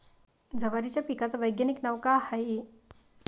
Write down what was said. जवारीच्या पिकाचं वैधानिक नाव का हाये?